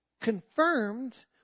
confirmed